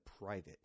private